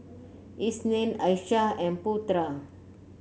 Isnin Aishah and Putra